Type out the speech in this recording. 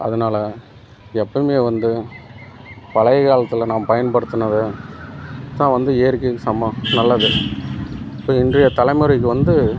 அதனால் எப்போயுமே வந்து பழையகாலத்தில் நாம் பயன்படுத்துனது தான் வந்து இயற்கைக்கு சமம் நல்லது இப்போ இன்றைய தலைமுறைக்கு வந்து